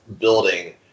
building